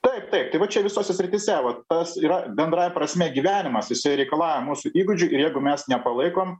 taip taip tai va čia visose srityse vat tas yra bendrąja prasme gyvenimas jisai reikalauja mūsų įgūdžių ir jeigu mes nepalaikom